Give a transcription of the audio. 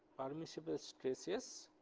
permissible stresses